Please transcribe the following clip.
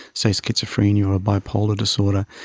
say, schizophrenia or bipolar disorder?